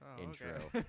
intro